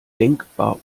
denkbar